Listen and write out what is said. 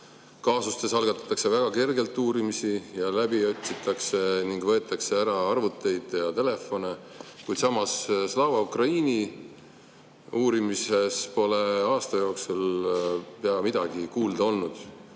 kaasustes algatatakse väga kergelt uurimisi ja otsitakse läbi ning võetakse ära arvuteid ja telefone, kuid samas Slava Ukraini uurimisest pole aasta jooksul pea midagi kuulda olnud.